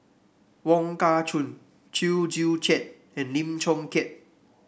Wong Kah Chun Chew Joo Chiat and Lim Chong Keat